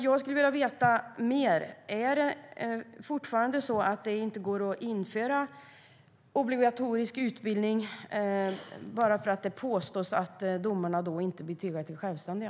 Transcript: Jag skulle vilja veta om det fortfarande är så att det inte går att införa obligatorisk utbildning eftersom det påstås att domarna då inte blir tillräckligt självständiga.